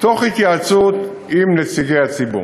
בהתייעצות עם נציגי הציבור.